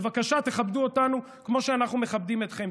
בבקשה, תכבדו אותנו כמו שאנחנו מכבדים אתכם.